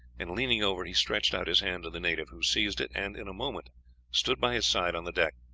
and, leaning over, he stretched out his hand to the native, who seized it, and in a moment stood by his side on the deck,